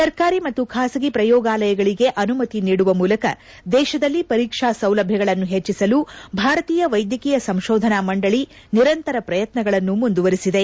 ಸರ್ಕಾರಿ ಮತ್ತು ಖಾಸಗಿ ಶ್ರಯೋಗಾಲಯಗಳಿಗೆ ಅನುಮತಿ ನೀಡುವ ಮೂಲಕ ದೇಶದಲ್ಲಿ ಪರೀಕ್ಷಾ ಸೌಲಭ್ಯಗಳನ್ನು ಹೆಚ್ಚಿಸಲು ಭಾರತೀಯ ವೈದ್ಯಕೀಯ ಸಂತೋಧನಾ ಮಂಡಳಿ ನಿರಂತರ ಪ್ರಯತ್ನಗಳನ್ನು ಮುಂದುವರೆಸಿದೆ